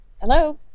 Hello